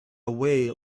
away